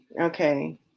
Okay